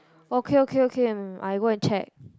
okay okay okay I go and check